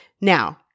Now